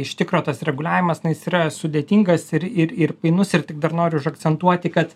iš tikro tas reguliavimas na jis yra sudėtingas ir ir ir painus ir tik dar noriu užakcentuoti kad